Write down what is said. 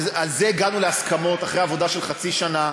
ועל זה הגענו להסכמות אחרי עבודה של חצי שנה,